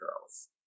girls